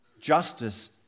Justice